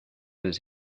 els